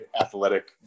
athletic